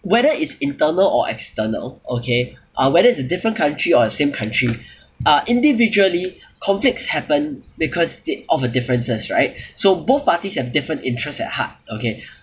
whether it's internal or external o~ okay uh whether it's a different country or same country uh individually conflicts happened because they of a differences right so both parties have different interests at heart okay